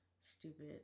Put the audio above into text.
stupid